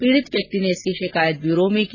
पीड़ित व्यक्ति ने इसकी शिकायत ब्यूरो में की